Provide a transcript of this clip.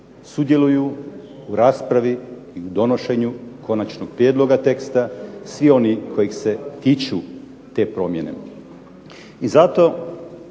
sudjeluju u raspravi i u donošenju konačnog prijedloga teksta svi oni kojih se tiču te promjene. I zato